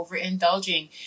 overindulging